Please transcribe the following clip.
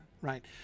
Right